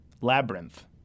labyrinth